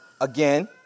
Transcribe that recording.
again